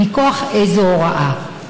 הוא: מכוח איזו הוראה?